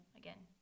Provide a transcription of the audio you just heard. again